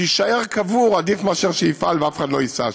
שיישאר קבור, עדיף מאשר שיפעל ואף אחד לא ייסע שם.